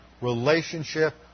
relationship